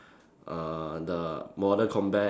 uh the modern combat